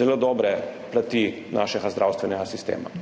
zelo dobre plati našega zdravstvenega sistema.